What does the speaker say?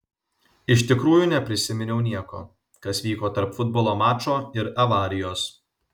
iš tikrųjų neprisiminiau nieko kas vyko tarp futbolo mačo ir avarijos